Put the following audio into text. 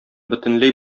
бөтенләй